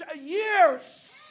years